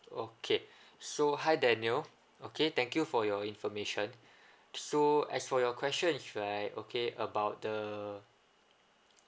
okay so hi daniel okay thank you for your information so as for your question right okay about the